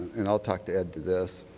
and i'll talk to ed to this,